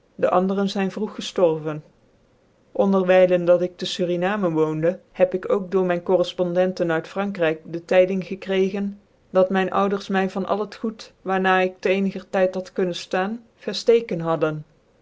de andere zyn vroeg geftorven onderwijlen dat ik tc suriname woonde heb ik ook door myn correlpondenten uit vrankryk de tijding gekregen dat mijn ouders my van al het goed waar na ik t'ecnigcr tyd had kunnen ftaan vetftcken hadden